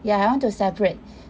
ya I want to separate